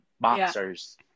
boxers